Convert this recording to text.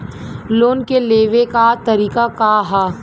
Loan के लेवे क तरीका का ह?